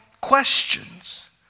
questions